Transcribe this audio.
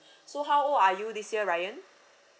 so how old are you this year ryan